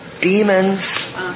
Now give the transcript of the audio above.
Demons